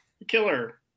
Killer